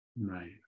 Right